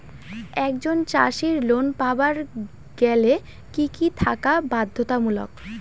একজন চাষীর লোন পাবার গেলে কি কি থাকা বাধ্যতামূলক?